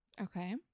Okay